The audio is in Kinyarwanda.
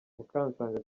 mukansanga